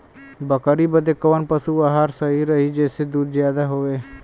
बकरी बदे कवन पशु आहार सही रही जेसे दूध ज्यादा होवे?